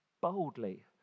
boldly